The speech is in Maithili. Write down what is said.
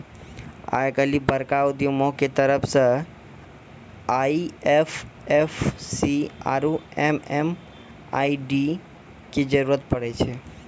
आइ काल्हि बड़का उद्यमियो के तरफो से आई.एफ.एस.सी आरु एम.एम.आई.डी के जरुरत पड़ै छै